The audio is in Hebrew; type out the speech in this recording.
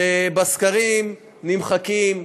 שבסקרים נמחקים,